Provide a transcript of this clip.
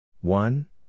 One